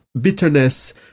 bitterness